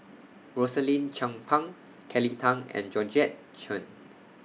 Rosaline Chan Pang Kelly Tang and Georgette Chen